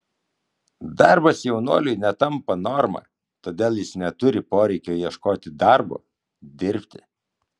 darbas jaunuoliui netampa norma todėl jis neturi poreikio ieškoti darbo dirbti